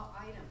item